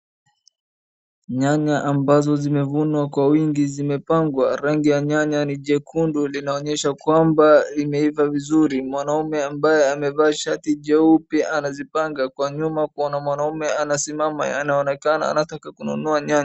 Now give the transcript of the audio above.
Nyanya ambazo zimevunwa kwa wingi zimepangwa, rangi ya nyanya ni jekundu linaonyesha kwamba imeiva vizuri, mwanaume ambaye amevaa shati jeupe anazipanga, kwa nyuma kuna mwanaume anasimama anaonekana anataka kununua nyanya.